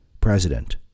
president